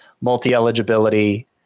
multi-eligibility